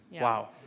Wow